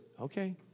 Okay